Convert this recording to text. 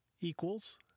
equals